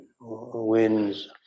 winds